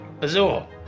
Azul